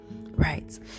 Right